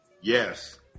Yes